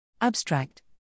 Abstract